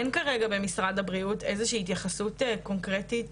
אין כרגע במשרד הבריאות איזו שהיא התייחסות קונקרטית.